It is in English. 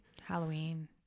Halloween